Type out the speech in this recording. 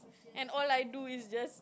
and all I do is just